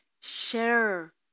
share